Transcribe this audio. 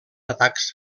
atacs